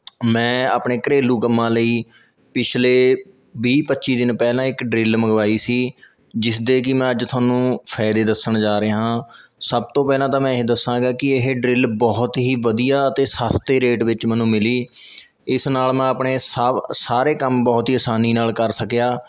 ਮੈਂ ਆਪਣੇ ਘਰੇਲੂ ਕੰਮਾਂ ਲਈ ਪਿਛਲੇ ਵੀਹ ਪੱਚੀ ਦਿਨ ਪਹਿਲਾਂ ਇੱਕ ਡਰਿੱਲ ਮੰਗਵਾਈ ਸੀ ਜਿਸਦੇ ਕਿ ਮੈਂ ਅੱਜ ਤੁਹਾਨੂੰ ਫਾਇਦੇ ਦੱਸਣ ਜਾ ਰਿਹਾ ਸਭ ਤੋਂ ਪਹਿਲਾਂ ਤਾਂ ਮੈਂ ਇਹ ਦੱਸਾਂਗਾ ਕਿ ਇਹ ਡਰਿੱਲ ਬਹੁਤ ਹੀ ਵਧੀਆ ਅਤੇ ਸਸਤੇ ਰੇਟ ਵਿੱਚ ਮੈਨੂੰ ਮਿਲੀ ਇਸ ਨਾਲ ਮੈਂ ਆਪਣੇ ਸਭ ਸਾਰੇ ਕੰਮ ਬਹੁਤ ਹੀ ਆਸਾਨੀ ਨਾਲ ਕਰ ਸਕਿਆ